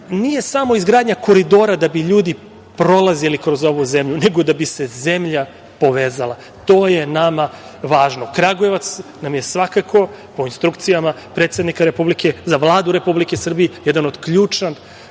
nije samo izgradnja Koridora da bi ljudi prolazili kroz ovu zemlju, nego da bi se zemlja povezala. To je nama važno. Kragujevac nam je svakako, po instrukcijama predsednika Republike, za Vladu Republike Srbije, jedan od ključnih